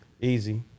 easy